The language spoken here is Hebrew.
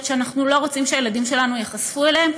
שאנחנו לא רוצים שהילדים שלנו ייחשפו אליהם,